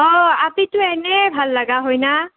অঁ আপিটো এনেই ভাল লগা হয়নে